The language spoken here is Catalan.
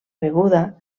beguda